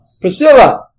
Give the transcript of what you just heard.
Priscilla